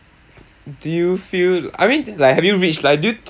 do you feel I mean like have you reached like do you